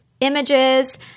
images